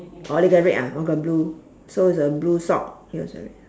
oh lei go red ah o go blue so it's a blue sock yours the red